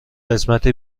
قسمت